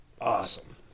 awesome